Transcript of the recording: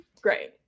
Great